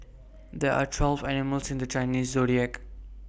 there are twelve animals in the Chinese Zodiac